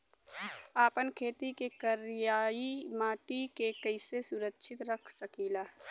आपन खेत के करियाई माटी के कइसे सुरक्षित रख सकी ला?